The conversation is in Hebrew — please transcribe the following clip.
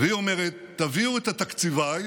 והיא אומרת: תביאו את התקציבאי,